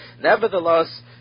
nevertheless